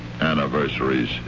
anniversaries